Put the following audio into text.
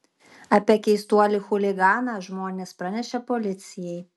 apie keistuolį chuliganą žmonės pranešė policijai